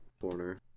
corner